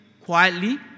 quietly